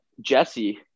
Jesse